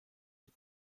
sie